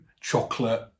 chocolate